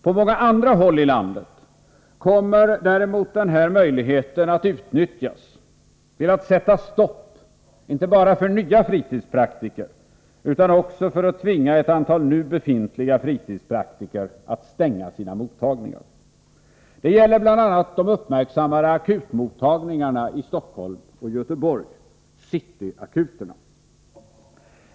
På många andra håll i landet kommer däremot den här möjligheten att utnyttjas inte bara för att sätta stopp för nya fritidspraktiker utan också för att tvinga ett antal nu befintliga fritidspraktiker att stänga sina mottagningar. Det gäller bl.a. de uppmärksammade akutmottagningarna i Stockholm och Göteborg — City Akuten.